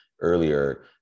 earlier